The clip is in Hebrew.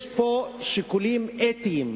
יש פה שיקולים אתיים,